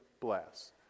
blasts